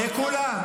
לכולם.